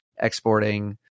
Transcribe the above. exporting